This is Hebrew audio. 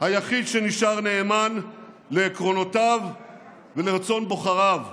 היחיד שנשאר נאמן לעקרונותיו ולרצון בוחריו.